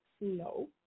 No